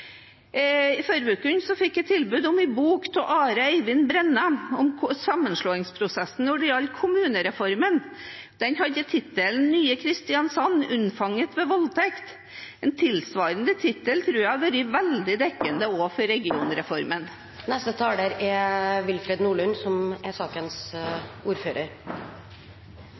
fikk jeg tilbud om en bok av Are Eivind Brænne om sammenslåingsprosessen når det gjaldt kommunereformen. Den hadde tittelen «Nye Kristiansand unnfanget ved voldtekt». En tilsvarende tittel tror jeg hadde vært veldig dekkende også for regionreformen. Det at denne debatten trekker litt ut, viser jo det som